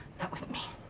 not with me.